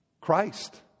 Christ